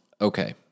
Okay